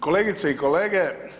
Kolegice i kolege.